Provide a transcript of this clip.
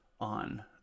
on